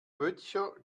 böttcher